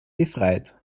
befreit